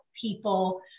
people